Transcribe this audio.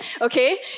Okay